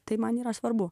tai man yra svarbu